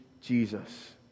Jesus